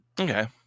Okay